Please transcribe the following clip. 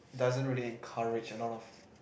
doesn't really encourage a lot of